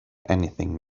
anything